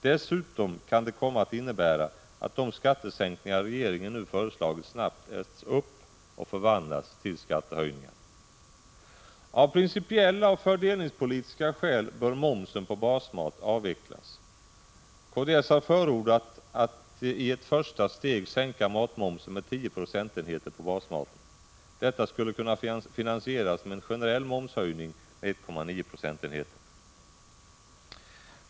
Dessutom kan det komma att innebära att de skattesänkningar regeringen nu föreslagit snabbt äts upp och förvandlas till skattehöjningar. —- Av principiella och fördelningspolitiska skäl bör momsen på basmat avvecklas. Kds har förordat att i ett första steg sänka matmomsen med 10 procentenheter på basmaten. Detta skulle kunna finansieras med en generell momshöjning med 1,9 procentenheter.